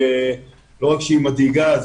לא רק שהיא מדאיגה,